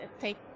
take